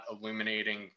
illuminating